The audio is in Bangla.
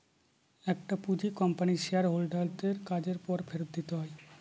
একটি পুঁজি কোম্পানির শেয়ার হোল্ডার দের কাজের পর ফেরত দিতে হয়